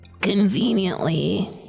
conveniently